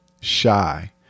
shy